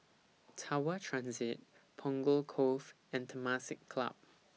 Tower Transit Punggol Cove and Temasek Club